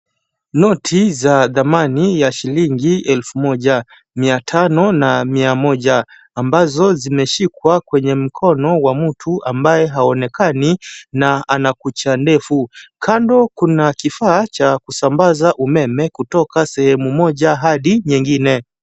Noti za thamani ya shilingi elfu moja, mia tano na mia moja ambazo zimeshikwa kwenye mkono wa mtu ambaye haonekani na ana kucha ndefu. Kando kuna kifaa cha kusambaza umeme kutoka sehemu moja hadi nyingine.